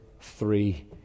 three